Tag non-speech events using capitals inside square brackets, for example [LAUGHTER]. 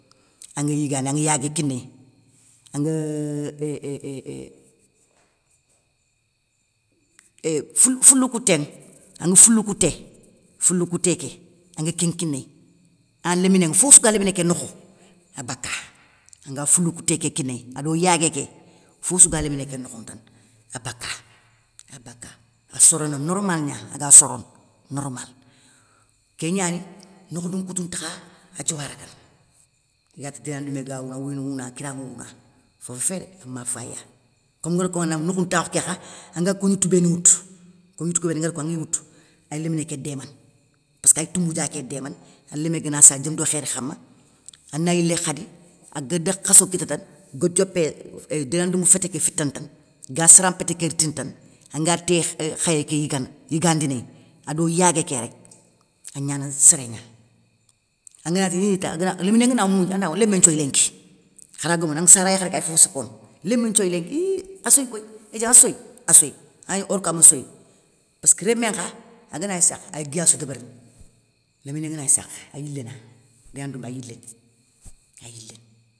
Anga yiguéne angue yagué kinéy, angue [HESITATION] fou foulou kou ténŋa, angue foulou kou té, foulou kou té ké angue ké kinéy, aya léménŋe fofossou ga lémné ké nokho abaka anga foulou kou té ké kinéy ado yagué ké, fofossou ga lémné ké nokho tane abaka abaka asorona normal gna, aga sorone normal. Ké gnaninoukhdou nkoutou ntakha a diowa ragana, inati déna ndoumbé a wounou awouyini wouna akiranŋa wouna fofo fédé, ama fayiya, komi nguér konŋa da. Noukhountakhou ké kha, anga kou gnitou béni woutou, kou gnitou kou béni nguéri ko anŋi woutou, ay lémné ké démana, passkay toumboudia ké démana alémé kéna saré diom do khéri khama, ana yilé khadi agada khasso kita tane, ga diopé euuh déna ndoumbe fété ké fitana tane, ga saran mpété ké ritini tane anga té euuhh khayé ké yigana yigandinéy, ado yagué ké rek, agnana sérén gna. Anganti hin ta angana léminé ngana mougnou anawa lémé nthioyi linki, kharagomouni angue sara yakharé ké ay fofossoukono, lémé nthioyi linki iiiiiiiii assoyi koy édiom assoyi assoy ay or kami soy, passkeu rémé nkha, aganagni sakha ay guiya sou débérini, léminé ngana gni sakha, ayilé na. Déna ndoumbé ayiléna, déna ndoumbé ay yiléné ay yiléné.